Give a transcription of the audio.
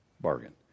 bargain